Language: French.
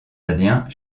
indiens